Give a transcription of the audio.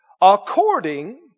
according